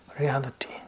reality